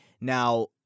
Now